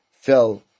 fell